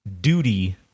duty